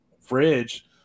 fridge